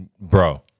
bro